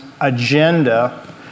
agenda